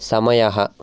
समयः